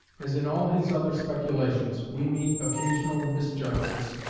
as in all his other speculations, we meet occasional misjudgments,